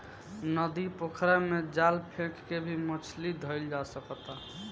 नदी, पोखरा में जाल फेक के भी मछली धइल जा सकता